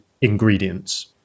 ingredients